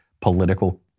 political